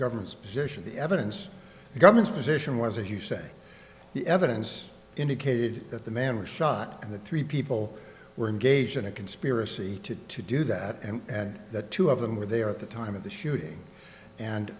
government's position the evidence the government's position was as you say the evidence indicated that the man was shot and the three people were engaged in a conspiracy to to do that and that two of them were there at the time of the shooting